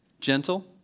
Gentle